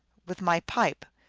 with my pipe.